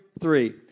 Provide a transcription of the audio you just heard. three